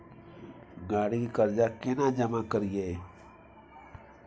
गाड़ी के कर्जा केना जमा करिए?